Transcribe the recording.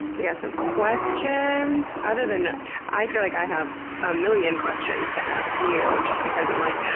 we've got some questions. other than i feel like i have a million questions to ask you just because i'm like,